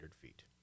feet